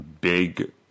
big